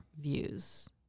views